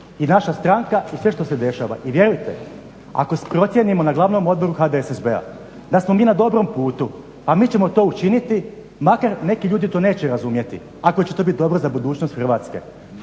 I naša stranka i sve što se dešava. I vjerujte, ako procijenimo na Glavnom odboru HDSSB-a da smo mi na dobrom putu pa mi ćemo to učiniti makar neki ljudi to neće razumjeti ako će to bit dobro za budućnost Hrvatske.